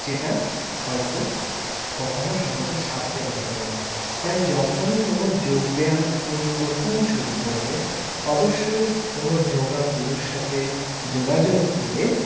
যেটা হয়তো কখনও সহজে সারতে পারবে না তাই যখনই কোনও যোগব্যায়াম কেউ প্রথম শুরু করবে অবশ্যই কোনো যোগা গুরুর সাথে যোগাযোগ করে